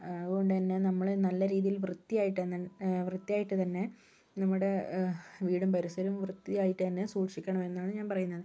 അതുകൊണ്ട് തന്നെ നമ്മള് നല്ല രീതിയിൽ വൃത്തിയായിട്ട് ത വൃത്തിയായിട്ട് തന്നെ നമ്മുടെ വീടും പരിസരവും വൃത്തിയായിട്ട് തന്നെ സൂക്ഷിക്കണം എന്നാണ് ഞാൻ പറയുന്നത്